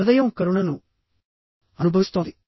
హృదయం కరుణను అనుభవిస్తోంది